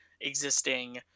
existing